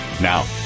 Now